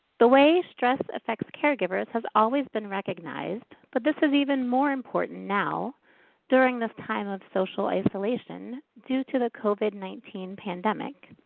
the way stress affects caregivers has always been recognized but this is even more important now during this time of social isolation due to the covid nineteen pandemic.